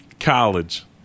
college